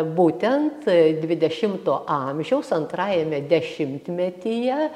būtent dvidešimto amžiaus antrajame dešimtmetyje